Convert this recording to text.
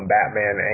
Batman